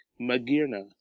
Magirna